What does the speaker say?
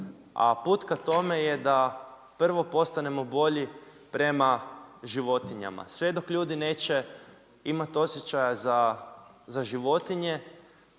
A put ka tome je da prvo postanemo bolji prema životinjama. Sve dok ljudi neće imati osjećaja za životinje,